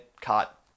caught